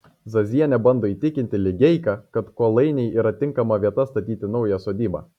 zazienė bando įtikinti ligeiką kad kolainiai yra tinkama vieta statyti naują sodybą